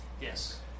yes